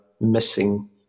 missing